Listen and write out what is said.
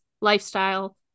lifestyle